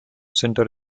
center